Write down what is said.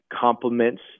complements